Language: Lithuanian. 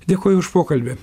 dėkoju už pokalbį